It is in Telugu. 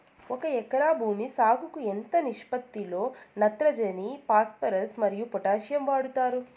ఒక ఎకరా భూమి సాగుకు ఎంత నిష్పత్తి లో నత్రజని ఫాస్పరస్ మరియు పొటాషియం వాడుతారు